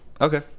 Okay